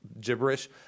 gibberish